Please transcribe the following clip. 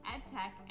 EdTech